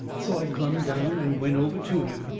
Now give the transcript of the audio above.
so i clumb down and went over to him.